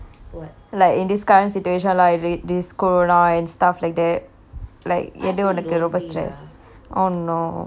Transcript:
like in this current situation lah this corona and stuff like that like எது உனக்கு ரொம்ப:ethu unnaku rombe stress oh no why